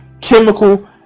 chemical